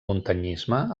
muntanyisme